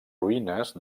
ruïnes